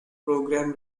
program